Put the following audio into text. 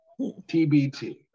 TBT